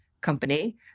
company